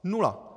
Nula!